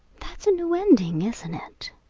that's a new ending, isn't it?